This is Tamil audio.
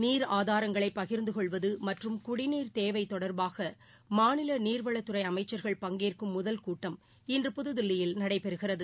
நீர் ஆதாரங்களைபகிர்ந்தகொள்வதுமற்றும் குடநீர் தேவைதொடர்பாகவிவாதிப்பதற்காகமாநிலநீர்வளத்துறைஅமைச்சர்கள் பங்கேற்கும் முதல் கூட்டம் இன்று புதுதில்லியில் நடைபெறுகிறது